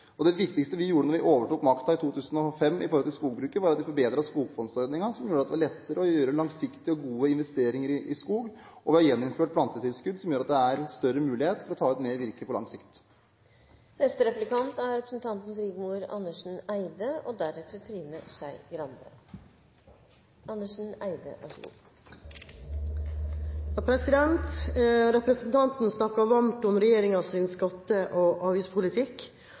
vi overtok makten i 2005, var å forbedre skogfondsordningen, slik at det ble lettere å gjøre langsiktige og gode investeringer i skog, og vi har gjeninnført plantetilskudd, som gjør at det er større mulighet for å ta ut mer virke på lang sikt. Representanten snakket varmt om regjeringens skatte- og